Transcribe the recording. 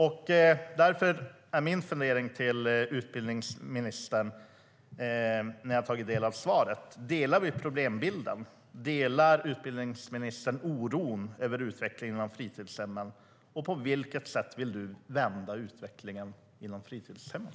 Efter att ha tagit del av svaret, utbildningsministern, är min fundering därför: Delar vi problembilden, delar du oron över fritidshemmens utveckling och på vilket sätt vill du vända utvecklingen inom fritidshemmen?